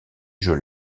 jeux